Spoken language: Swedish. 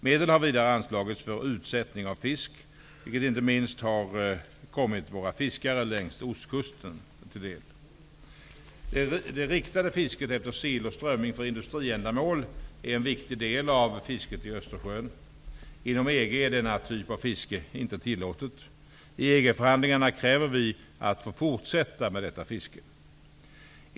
Medel har vidare anslagits för utsättning av fisk, vilket inte minst har kommit våra fiskare längs ostkusten till godo. Det riktade fisket efter sill och strömming för industriändamål är en viktig del av fisket i Östersjön. Inom EG är denna typ av fiske inte tillåtet. I EG-förhandlingarna kräver vi att få fortsätta med detta fiske.